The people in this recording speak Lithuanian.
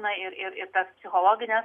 na ir ir tas psichologines